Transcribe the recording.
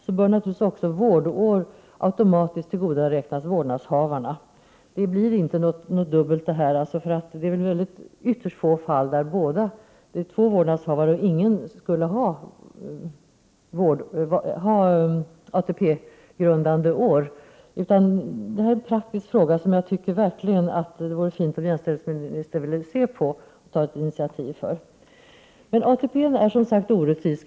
Det är då egendomligt att vårdnadshavarna inte automatiskt tillgodoses. Det blir då inget dubbelt. Det är ytterst få fall där det är två vårdnadshavare och ingen av dem skulle ha ATP-grundande år. Det är en praktisk fråga, och jag tycker verkligen att det vore fint om jämställdhetsministern ville studera den och ta ett initiativ. ATP-systemet leder som sagt till orättvisor.